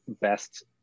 best